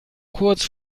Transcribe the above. kurz